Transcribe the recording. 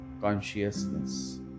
consciousness